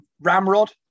Ramrod